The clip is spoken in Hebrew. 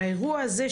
האירוע הזה,